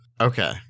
Okay